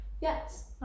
Yes